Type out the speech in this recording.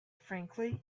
frankly